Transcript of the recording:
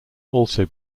also